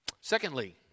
Secondly